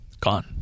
Gone